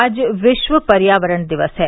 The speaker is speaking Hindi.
आज विश्व पर्यावरण दिवस है